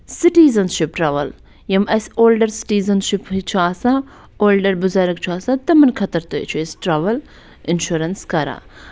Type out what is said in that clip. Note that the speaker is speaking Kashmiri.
سٕٹیٖزَنشِپ ٹرٛاوٕل یِم اَسہِ اولڈَر سٕٹٮیٖزَنشِپ ہیوٚو چھُ آسان اولڈَر بُزرٕگ چھُ آسان تِمَن خٲطرٕ تہِ چھُ أسۍ ٹرٛاوٕل اِنشورَنٕس کران